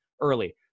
early